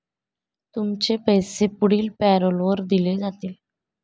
तुमचे पैसे पुढील पॅरोलवर दिले जातील